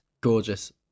Gorgeous